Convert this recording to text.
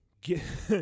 Get